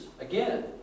again